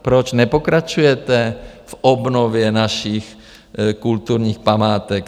Proč nepokračujete v obnově našich kulturních památek?